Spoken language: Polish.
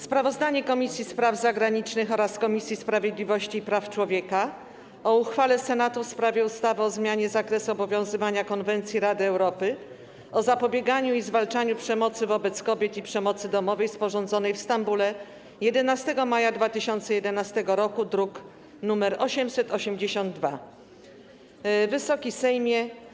Sprawozdanie Komisji Spraw Zagranicznych oraz Komisji Sprawiedliwości i Praw Człowieka o uchwale Senatu w sprawie ustawy o zmianie zakresu obowiązywania Konwencji Rady Europy o zapobieganiu i zwalczaniu przemocy wobec kobiet i przemocy domowej, sporządzonej w Stambule dnia 11 maja 2011 r., druk nr 882. Wysoki Sejmie!